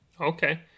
okay